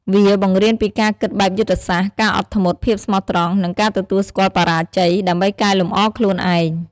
វាបង្រៀនពីការគិតបែបយុទ្ធសាស្ត្រ ការអត់ធ្មត់ ភាពស្មោះត្រង់ និងការទទួលស្គាល់បរាជ័យ ដើម្បីកែលម្អខ្លួនឯង។